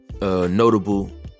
Notable